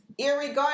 irregardless